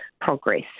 progress